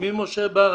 שמי משה בר,